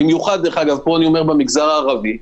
ובמיוחד במגזר הערבי,